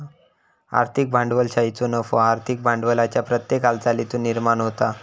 आर्थिक भांडवलशाहीचो नफो आर्थिक भांडवलाच्या प्रत्येक हालचालीतुन निर्माण होता